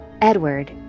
Edward